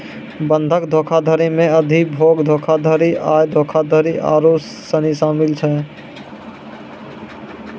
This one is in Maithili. बंधक धोखाधड़ी मे अधिभोग धोखाधड़ी, आय धोखाधड़ी आरु सनी शामिल छै